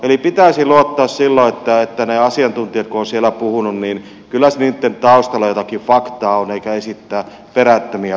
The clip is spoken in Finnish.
eli pitäisi luottaa silloin siihen että kun ne asiantuntijat ovat siellä puhuneet niin kyllä siellä taustalla jotakin faktaa on eikä esittää perättömiä väitteitä